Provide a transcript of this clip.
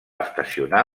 estacionar